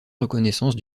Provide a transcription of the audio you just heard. reconnaissance